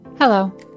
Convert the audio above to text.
Hello